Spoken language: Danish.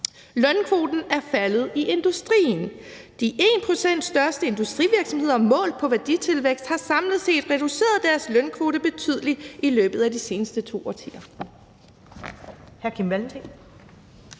»Lønkvoten er navnlig faldet i industrien. De 1 pct. største industrivirksomheder målt på værditilvækst har samlet set reduceret deres lønkvote betydeligt i løbet af seneste to årtier.«